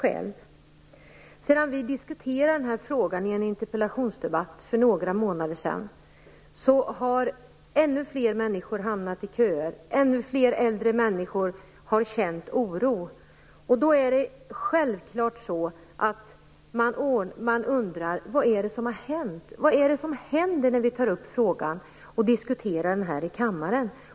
Sedan vi diskuterade den här frågan i en interpellationsdebatt för några månader sedan har ännu fler människor hamnat i köer och ännu fler äldre människor har känt oro. Då undrar man självfallet vad det är som har hänt. Vad händer när vi tar upp och diskuterar frågan här i kammaren?